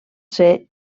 ser